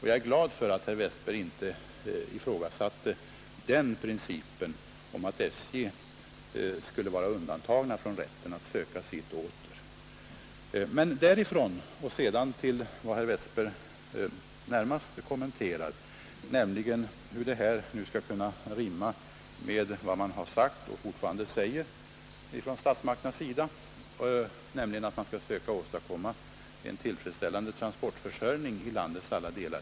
Jag är glad för att herr Westberg inte ifrågasatte att SJ skulle vara undantagna från rätten att söka bidrag för att täcka sitt underskott. Jag övergår härefter till den fråga som herr Westberg närmast kommenterar, nämligen hur detta skulle kunna rimma med statsmakternas uttalade uppfattning, som fortfarande gäller, att man skall försöka åetsAk amma en tillfredsställande transportförsörjning i landets olika delar.